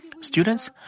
students